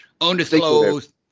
undisclosed